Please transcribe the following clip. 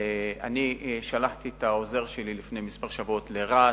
אני שלחתי את העוזר שלי לפני כמה שבועות לרהט,